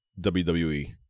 WWE